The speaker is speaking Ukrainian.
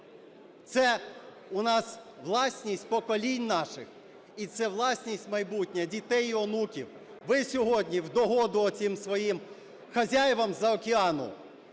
Це у нас власність поколінь наших. І це власність майбутня дітей і онуків. Ви сьогодні в догоду оцим своїм хазяїнам з-за океану